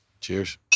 cheers